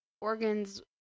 organs